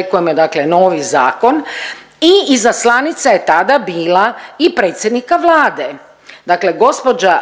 očekujemo, dakle novi zakon. I izaslanica je tada bila i predsjednika Vlade. Dakle, gospođa